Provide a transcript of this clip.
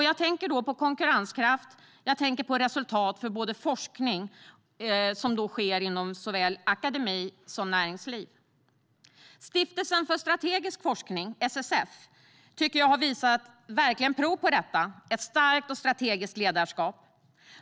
Jag tänker då på konkurrenskraft, och jag tänker på resultat för forskning som sker inom såväl akademi som näringsliv. Stiftelsen för strategisk forskning - SSF - tycker jag verkligen har visat prov på ett starkt och strategiskt ledarskap.